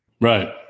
Right